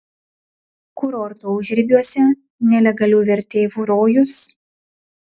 kurorto užribiuose nelegalių verteivų rojus